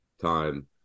time